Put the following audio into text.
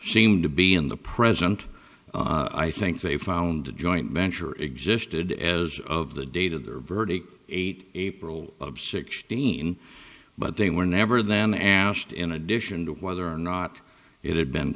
seemed to be in the present i think they found a joint venture existed as of the date of their verdict eight april of sixteen but they were never then asked in addition to whether or not it had been